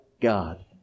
God